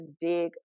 dig